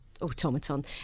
automaton